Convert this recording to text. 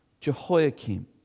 Jehoiakim